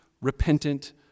repentant